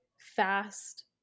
fast